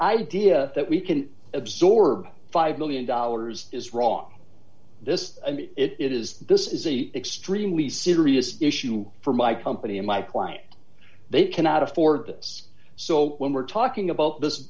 idea that we can absorb five million dollars is wrong this and it is this is a extremely serious issue for my company and my client they cannot afford this so when we're talking about this